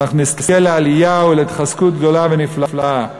ואנחנו נזכה לעלייה ולהתחזקות גדולה ונפלאה.